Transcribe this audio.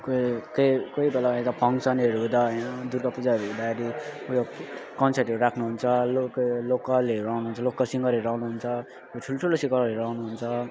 कोही केही कोही बेला यता फङ्सनहरू हुँदा हैन दुर्गापूजाहरू हुँदाखेरि ऊ यो कन्सर्टहरू राख्नुहुन्छ लोकल लोकलहरू आउनुहुन्छ लोकल सिङ्गरहरू आउनुहुन्छ ठुल्ठुलो सिङ्गरहरू आउनुहुन्छ